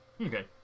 Okay